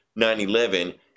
9-11